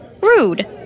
Rude